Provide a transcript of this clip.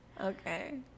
Okay